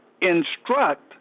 instruct